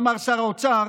כפי שאמר שר האוצר.